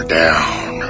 down